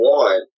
one